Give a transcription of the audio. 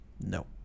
No